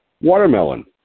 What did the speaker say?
watermelon